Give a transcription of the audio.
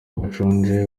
bashonje